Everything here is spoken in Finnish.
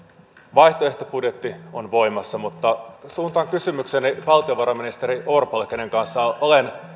vaihtoehtobudjetti on voimassa suuntaan kysymykseni valtiovarainministeri orpolle jonka kanssa on